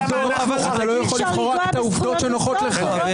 אתה לא יכול לבחור רק את העובדות שנוחות לך.